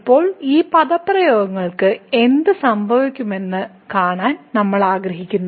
ഇപ്പോൾ ഈ പദപ്രയോഗങ്ങൾക്ക് എന്ത് സംഭവിക്കുമെന്ന് കാണാൻ നമ്മൾ ആഗ്രഹിക്കുന്നു